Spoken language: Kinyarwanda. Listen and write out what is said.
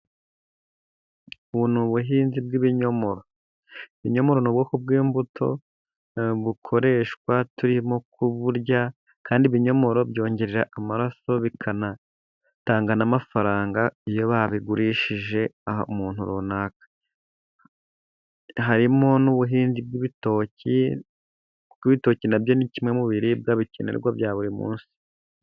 Ubu ni ubuhinzi bw'ibinyomoro, ibinyomoro n'ubwoko bw'imbuto bukoreshwa turimo kuburya kandi ibinyomoro byongerera amaraso, bikanatanga n'amafaranga iyo babigurishije umuntu runaka, harimo n'ubuhinzi bw'ibitoki, kuko ibitoki nabyo ni kimwe mu biribwa bikenerwa bya buri munsi.